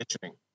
pitching